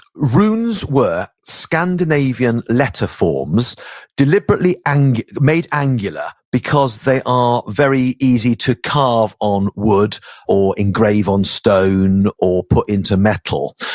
runes were scandinavian letter forms deliberately made angular because they are very easy to carve on wood or engrave on stone or put into metal.